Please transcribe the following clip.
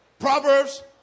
Proverbs